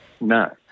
No